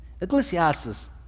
Ecclesiastes